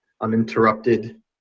uninterrupted